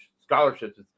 scholarships